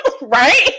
Right